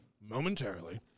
momentarily